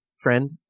friend